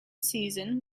season